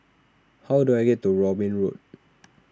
how do I get to Robin Road